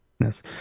Yes